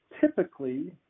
Typically